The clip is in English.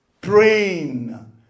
Praying